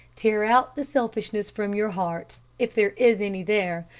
tear out the selfishness from your heart, if there is any there,